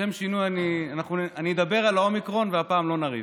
לשם שינוי אני אדבר על האומיקרון והפעם לא נריב.